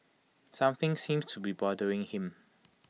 something seems to be bothering him